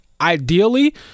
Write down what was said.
ideally